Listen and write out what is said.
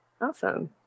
Awesome